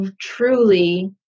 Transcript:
truly